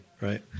Right